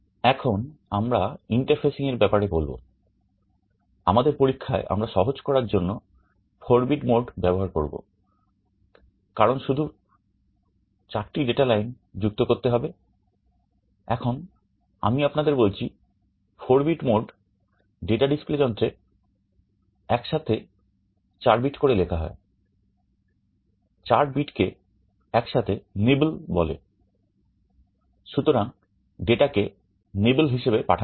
এখন আমরা ইন্টারফেসিং হিসেবে পাঠানো হয়